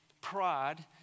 pride